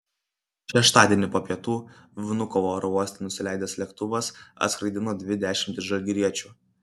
šeštadienį po pietų vnukovo oro uoste nusileidęs lėktuvas atskraidino dvi dešimtis žalgiriečių